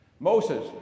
Moses